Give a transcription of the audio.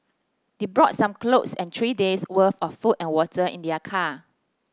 they brought some clothes and three days' worth of food and water in their car